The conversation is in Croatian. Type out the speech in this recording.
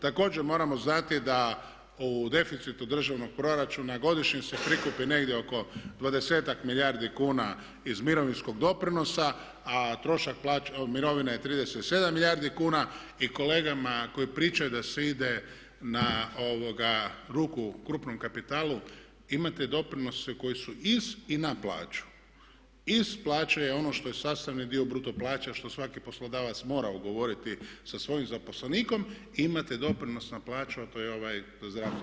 Također moramo znati da u deficitu državnog proračuna, godišnje se prikupi negdje oko 20 milijardi kuna iz mirovinskog doprinosa a trošak mirovine je 37 milijardi kuna i kolegama koje pričaju da se ide na ruku krupnom kapitalu, imate doprinose koji su iz i na plaću, iz plaće je ono što je sastavni dio bruto plaća, što svaki poslodavac mora ugovoriti sa svojim zaposlenikom i imate doprinos na plaću a to je ovaj, to je ovaj zdravstvo.